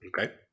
Okay